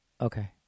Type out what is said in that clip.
Okay